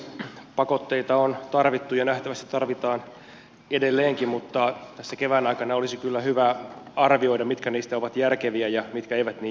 pakotteita on tarvittu ja nähtävästi tarvitaan edelleenkin mutta tässä kevään aikana olisi kyllä hyvä arvioida mitkä niistä ovat järkeviä ja mitkä eivät niin järkeviä